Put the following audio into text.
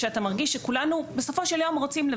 כשאתה מרגיש שכולנו בסופו של יום רוצים,